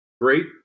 Great